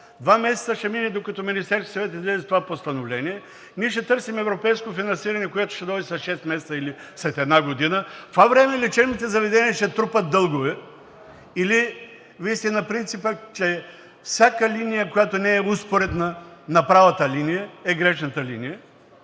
два месеца ще минат, докато Министерският съвет излезе с това постановление, ние ще търсим европейско финансиране, което ще дойде след шест месеца или след една година, в това време лечебните заведения ще трупат дългове. Или Вие сте на принципа, че всяка линия, която не е успоредна на правата линия, е грешната линия?!